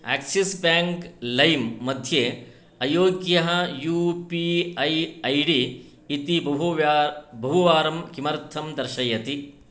Axis bank लैम्मध्ये अयोग्यः U P I I D इति बहुव्यः बहुवारं किमर्थं दर्शयति